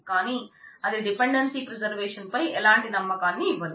కాని అది dependency preservation పై ఎలాంటి నమ్మకాన్ని ఇవ్వలేదు